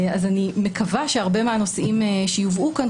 אז אני מקווה שהרבה מהנושאים שיובאו כאן,